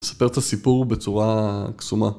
ספר את הסיפור בצורה קסומה